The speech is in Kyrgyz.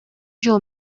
жол